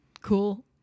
cool